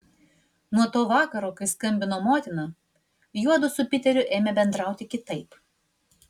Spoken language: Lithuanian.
nuo to vakaro kai skambino motina juodu su piteriu ėmė bendrauti kitaip